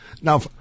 Now